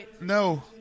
No